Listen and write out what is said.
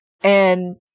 and-